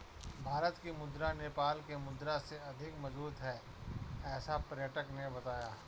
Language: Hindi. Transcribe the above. भारत की मुद्रा नेपाल के मुद्रा से अधिक मजबूत है ऐसा पर्यटक ने बताया